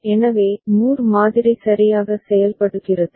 எனவே மூர் மாதிரி சரியாக செயல்படுகிறது